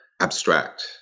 abstract